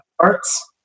parts